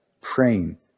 praying